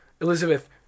Elizabeth